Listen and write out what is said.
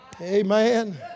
Amen